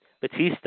Batista